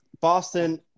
Boston